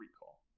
recall